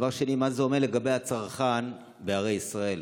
2. מה זה אומר לגבי הצרכן בערי ישראל?